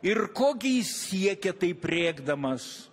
ir ko gi jis siekia taip rėkdamas